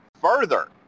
Further